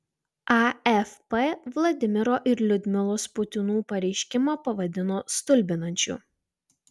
afp vladimiro ir liudmilos putinų pareiškimą pavadino stulbinančiu